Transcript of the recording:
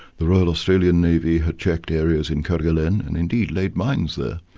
the royal australian navy had checked areas in kerguelen and indeed laid mines there.